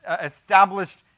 established